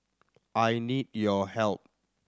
I need your help